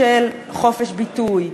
של חופש ביטוי,